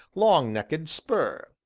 long-necked spur.